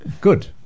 Good